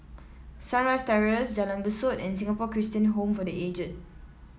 Sunrise Terrace Jalan Besut and Singapore Christian Home for The Aged